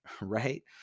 right